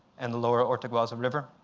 and the lower orteguaza river.